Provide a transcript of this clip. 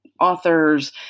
authors